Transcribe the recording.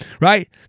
right